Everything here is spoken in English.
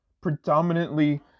Predominantly